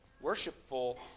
worshipful